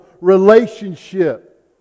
relationship